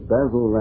Basil